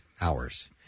hours